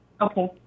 Okay